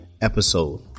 episode